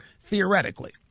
theoretically